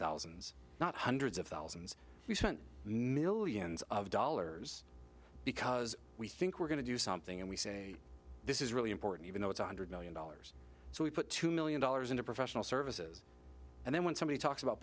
thousands not hundreds of thousands millions of dollars because we think we're going to do something and we say this is really important even though it's a hundred million dollars so we put two million dollars into professional services and then when somebody talks about